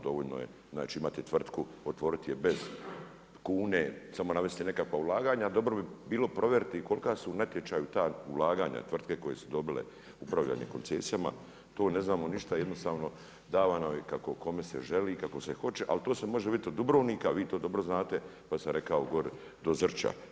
Dovoljno je imati tvrtku, otvoriti je bez kune, samo navesti nekakva ulaganja, dobro bi bilo provjeriti kolika su u natječaju ta ulaganja tvrtke koje su dobile upravljanje koncesija, to ne znamo ništa, jednostavno davano je kako kome se želi, kako se hoće, ali to se može vidjeti od Dubrovnika, vi to dobro znate, kao što sam rekao, gore do Zrča.